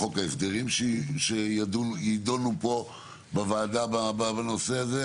חוק ההסדרים שיידונו בו בוועדה בנושא הזה,